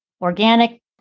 organic